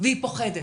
והם פוחדים.